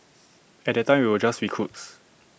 at that time we were just recruits